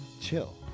Chill